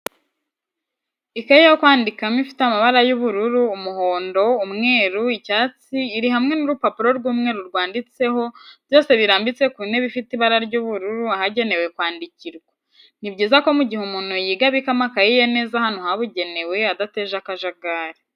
Ikaye yo kwandikano ifite amabara y'ubururu, umuhondo, umweru icyatsi iri hamwe n'urupapuro rw'umweru rwanditseho, byose birambitse ku ntebe ifite ibara ry'ubururu ahagenewe kwandikirwa. ni byiza ko mu gihe umuntu yiga abika amakayi ye neza ahantu habugenewe adateje akajagari.